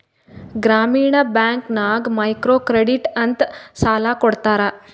ಗ್ರಾಮೀಣ ಬ್ಯಾಂಕ್ ನಾಗ್ micro credit ಅಂತ್ ಸಾಲ ಕೊಡ್ತಾರ